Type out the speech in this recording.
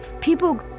People